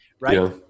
right